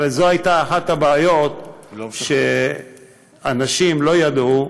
הרי זו הייתה אחת הבעיות, שאנשים לא ידעו.